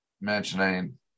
mentioning